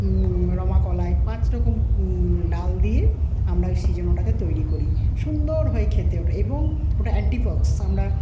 রমা কলাই পাঁচরকম ডাল দিয়ে আমরা সিজানোটাকে তৈরি করি সুন্দর হয় খেতে ওটা এবং ওটা অ্যান্টি পক্স আমরা